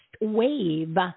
wave